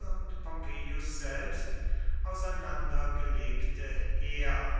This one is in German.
und pompeius selbst auseinander gelegte heer